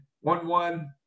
one-one